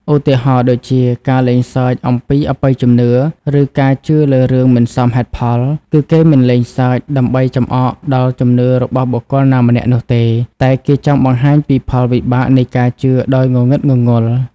ឧទាហរណ៍ដូចជា ការលេងសើចអំពីអបិយជំនឿ ឬការជឿលើរឿងមិនសមហេតុផល គឺគេមិនមែនលេងសើច ដើម្បីចំអកដល់ជំនឿរបស់បុគ្គលណាម្នាក់នោះទេ តែគេចង់បង្ហាញពីផលវិបាកនៃការជឿដោយងងឹតងងល់។